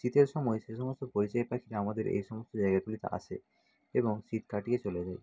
শীতের সময় সেসমস্ত পরিযায়ী পাখিরা আমাদের এই সমস্ত জায়গাগুলিতে আসে এবং শীত কাটিয়ে চলে যায়